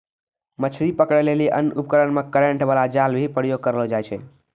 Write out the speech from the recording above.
मछली पकड़ै लेली अन्य उपकरण मे करेन्ट बाला जाल भी प्रयोग करलो जाय छै